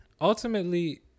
ultimately